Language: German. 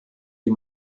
die